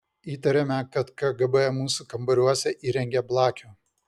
įtarėme kad kgb mūsų kambariuose įrengė blakių